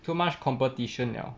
too much competition 了